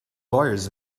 lawyers